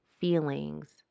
feelings